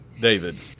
David